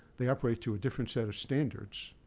they operate to a different set of standards.